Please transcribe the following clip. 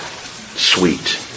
sweet